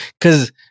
Cause